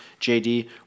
jd